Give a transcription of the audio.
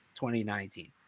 2019